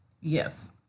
Yes